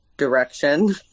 Direction